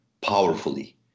powerfully